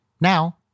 Now